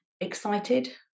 excited